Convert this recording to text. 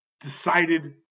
Decided